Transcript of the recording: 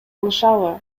алышабы